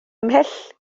ymhell